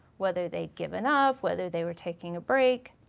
whether they'd given up, whether they were taking a break.